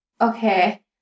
Okay